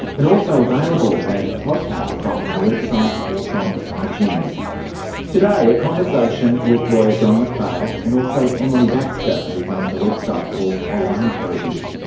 and also available as a podcast from our website or from ah itunes. today, a conversation with lawyer john macphail and also emily baxter who runs a website called away for a bit.